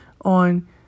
on